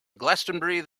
glastonbury